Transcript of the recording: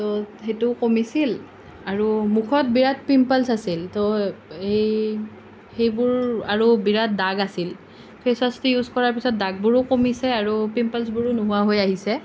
তো সেইটো কমিছিল আৰু মুখত বিৰাট পিম্পলচ্ আছিল তো এই সেইবোৰ আৰু বিৰাট দাগ আছিল ফেচৱাশ্বটো ইউজ কৰাৰ পিছত দাগবোৰো কমিছে আৰু পিম্পলচ্বোৰো নোহোৱা হৈ আহিছে